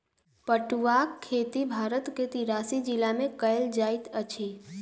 पटुआक खेती भारत के तिरासी जिला में कयल जाइत अछि